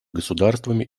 государствами